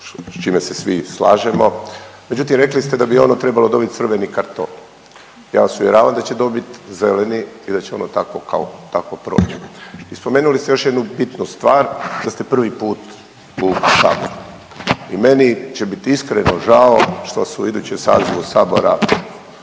s čime se svi slažemo, međutim rekli ste da bi ono trebalo dobit crveni karton, ja vas uvjeravam da će dobit zeleni i da će ono takvo kao takvo proć. I spomenuli ste još jednu bitnu stvar da ste prvi put u …/Govornik se ne razumije/… i meni će bit iskreno žao što vas u idućem sazivu sabora